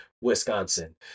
Wisconsin